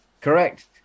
Correct